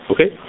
Okay